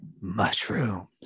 Mushrooms